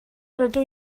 rydw